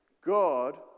God